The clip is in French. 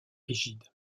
rigides